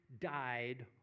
died